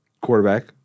Quarterback